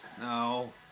No